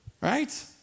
right